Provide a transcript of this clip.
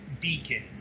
beacon